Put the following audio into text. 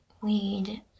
weed